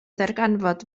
ddarganfod